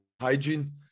hygiene